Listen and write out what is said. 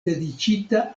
dediĉita